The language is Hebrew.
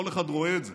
כל אחד רואה את זה.